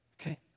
Okay